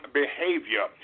behavior